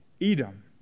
Edom